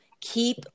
keep